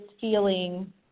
feeling